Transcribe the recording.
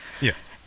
Yes